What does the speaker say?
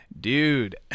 Dude